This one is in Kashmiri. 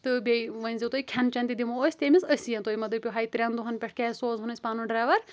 تہٕ بییہِ وٕنۍزٮ۪و تُہُۍ کھٮ۪ن چٮ۪ن تہِ دِمو اسۍ تٔمِس أسی تُہُۍ ما دٕپِو ہاے ترٛٮ۪ن دۄہَن کیاز سوزہون أسۍ پَنُن ڈرٛیوَر